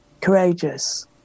courageous